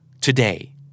today